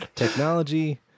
Technology